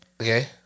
Okay